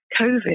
COVID